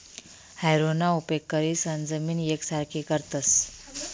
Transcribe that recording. हॅरोना उपेग करीसन जमीन येकसारखी करतस